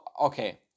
okay